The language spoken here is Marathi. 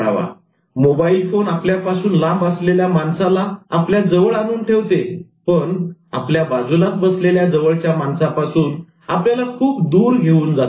Refer Slide Time 0414 mobile phone आपल्यापासून लांब असलेल्या माणसाला आपल्या जवळ आणून ठेवते पण आपल्या बाजूलाच बसलेल्या जवळच्या माणसापासून आपल्याला खूप दूर घेऊन जातो